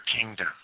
kingdom